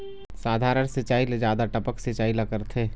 साधारण सिचायी ले जादा टपक सिचायी ला करथे